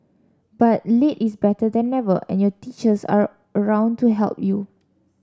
but late is better than never and your teachers are around to help you